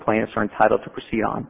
plants are entitled to proceed on